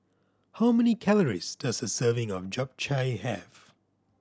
how many calories does a serving of Japchae have